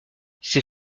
ces